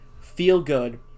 feel-good